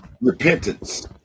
Repentance